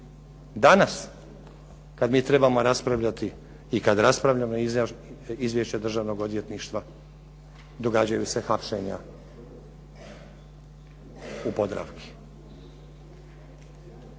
Danas kad mi trebamo raspravljati i kad raspravljamo Izvješće državnog odvjetništva događaju se hapšenja u Podravci.